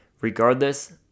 regardless